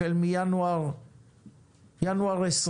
החל מינואר 2020,